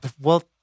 Well-